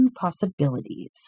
possibilities